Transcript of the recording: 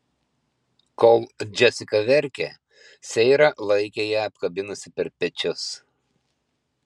kol džesika verkė seira laikė ją apkabinusi per pečius